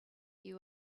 you